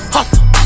Hustle